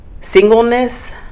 singleness